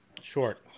Short